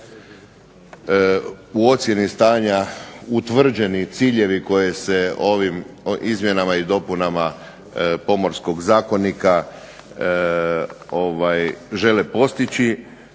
su ocjeni stanja utvrđeni ciljevi kojim se ovim izmjenama i dopunama Pomorskog zakonika žele postići.